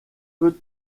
peut